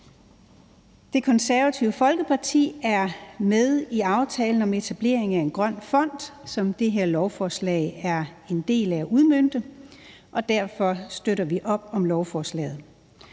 Det Konservative Folkeparti er med i aftalen om etablering af en grøn fond, som det her lovforslag er en del af udmønte, og derfor støtter vi op om lovforslaget.